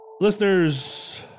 Listeners